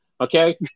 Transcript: Okay